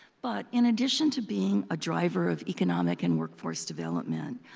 but in addition to being a driver of economic and workforce development,